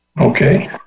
Okay